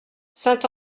saint